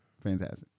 Fantastic